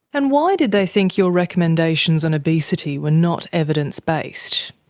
and why did they think your recommendations on obesity were not evidence based?